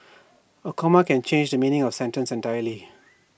A comma can change the meaning of A sentence entirely